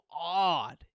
odd